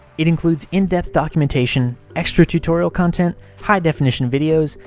it includes in-depth documentation, extra tutorial content, high definition videos,